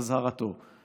אזהרתו.